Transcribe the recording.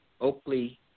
Oakley